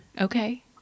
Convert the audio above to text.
Okay